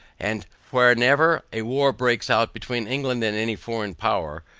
and whenever a war breaks out between england and any foreign power,